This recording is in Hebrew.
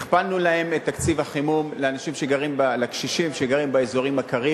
הכפלנו את תקציב החימום לקשישים שגרים באזורים הקרים.